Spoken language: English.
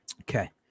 Okay